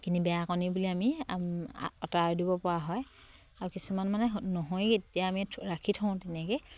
সেইখিনি বেয়া কণী বুলি আমি আঁতৰাই দিব পৰা হয় আৰু কিছুমান মানে নহয়গে তেতিয়া আমি ৰাখি থওঁ তেনেকে